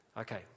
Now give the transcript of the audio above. Okay